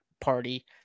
party